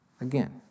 Again